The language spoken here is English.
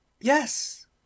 yes